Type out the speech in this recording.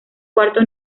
cuarto